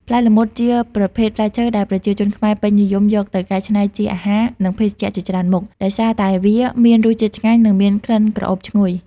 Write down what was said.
ផ្លែល្មុត ជាប្រភេទផ្លែឈើដែលប្រជាជនខ្មែរពេញនិយមយកទៅកែច្នៃជាអាហារ និងភេសជ្ជៈជាច្រើនមុខ ដោយសារតែវាមានរសជាតិឆ្ងាញ់ និងមានក្លិនក្រអូបឈ្ងុយ។